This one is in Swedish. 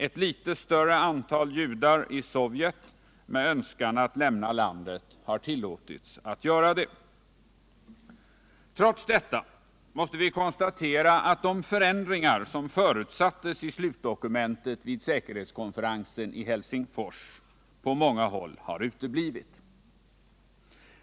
Ett litet större antal judar i Sovjet med önskan att lämna landet har tillåtits göra det. Trots detta måste vi konstatera att de förändringar som förutsattes i slutdokumentet vid säkerhetskonferensen i Helsingfors på många håll har uteblivit.